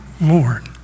Lord